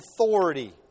authority